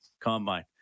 Combine